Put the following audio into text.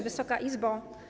Wysoka Izbo!